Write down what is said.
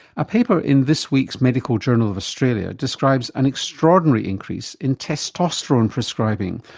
a paper in this week's medical journal of australia describes an extraordinary increase in testosterone prescribing,